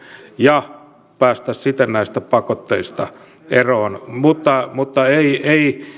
ja päästäisiin siten näistä pakotteista eroon mutta mutta ei